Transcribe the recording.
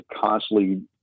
constantly